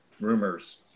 Rumors